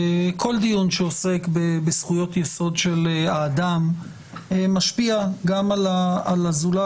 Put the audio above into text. כל דיון שעוסק בזכויות יסוד של האדם משפיע גם על הזולת.